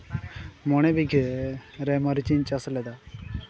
ᱢᱚᱬᱮ ᱵᱤᱜᱷᱟᱹ ᱨᱮ ᱢᱟᱹᱨᱤᱪ ᱤᱧ ᱪᱟᱥ ᱞᱮᱫᱟ